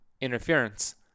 interference